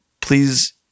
please